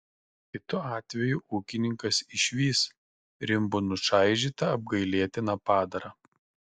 kitu atveju ūkininkas išvys rimbu nučaižytą apgailėtiną padarą